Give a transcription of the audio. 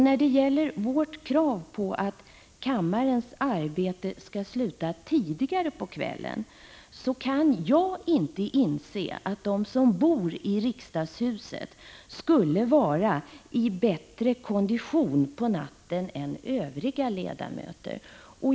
När det gäller vårt krav på att kammarens arbete skall sluta tidigare på kvällen, kan jag inte inse att de som bor i riksdagshuset skulle vara i bättre kondition på natten än övriga ledamöter.